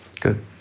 Good